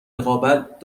رقابت